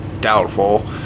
Doubtful